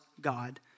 God